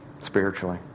spiritually